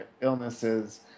illnesses